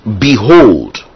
behold